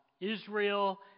Israel